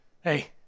Hey